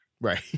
Right